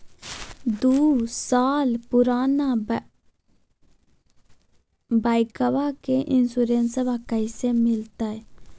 दू साल पुराना बाइकबा के इंसोरेंसबा कैसे मिलते?